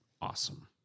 awesome